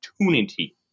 opportunity